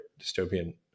dystopian